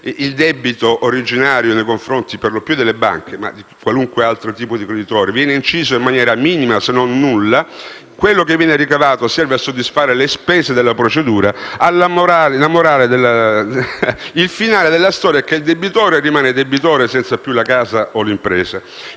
il debito originario, nei confronti per lo più delle banche, ma anche di qualunque altro tipo di creditore, viene inciso in maniera minima, se non nulla, e il ricavato serve a soddisfare le spese della procedura. La morale, il finale della storia, è che il debitore rimane debitore, senza più la casa o l'impresa,